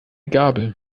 gabel